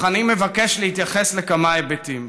אך אני מבקש להתייחס לכמה היבטים: